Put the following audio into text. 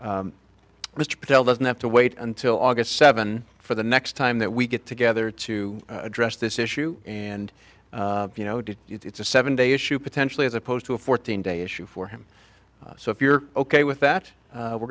mr patel doesn't have to wait until august seven for the next time that we get together to address this issue and you know to it's a seven day issue potentially as opposed to a fourteen day issue for him so if you're ok with that we're